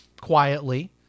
quietly